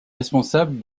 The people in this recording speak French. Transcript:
responsable